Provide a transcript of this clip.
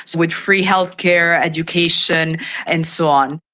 with free healthcare, education and so on.